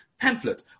pamphlet